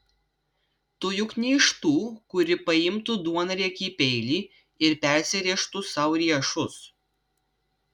tu juk ne iš tų kuri paimtų duonriekį peilį ir persirėžtų sau riešus